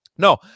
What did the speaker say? No